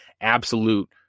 absolute